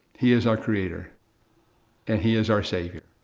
he is our creator and he is our savior.